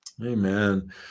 Amen